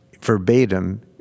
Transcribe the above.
verbatim